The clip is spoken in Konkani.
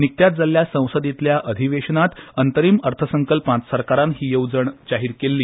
निकत्याच जाल्ल्या संसदेंतल्या अधिवेशनांत अंतरीम अर्थसंकल्प सरकारान ही येवजण जाहीर केल्ली